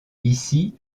ici